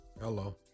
hello